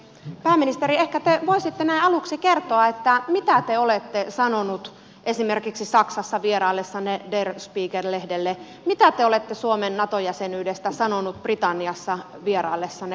pääministeri ehkä te voisitte näin aluksi kertoa mitä te olette sanonut esimerkiksi saksassa vieraillessanne der spiegel lehdelle mitä te olette suomen nato jäsenyydestä sanonut britanniassa vieraillessanne